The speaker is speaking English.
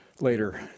later